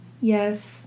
yes